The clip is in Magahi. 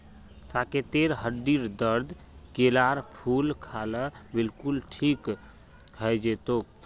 साकेतेर हड्डीर दर्द केलार फूल खा ल बिलकुल ठीक हइ जै तोक